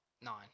Nine